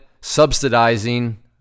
subsidizing